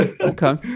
Okay